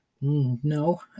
No